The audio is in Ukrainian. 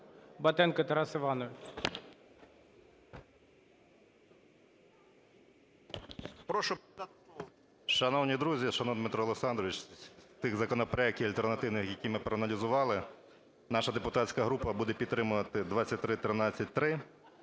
Батенко Тарас Іванович.